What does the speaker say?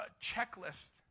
checklist